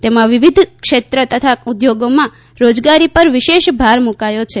તેમાં વિવિધ ક્ષેત્ર તથા ઉધોગોમાં રોજગારી પર વિશેષ ભાર મૂકાથો છે